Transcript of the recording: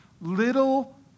little